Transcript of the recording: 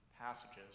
passages